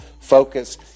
Focus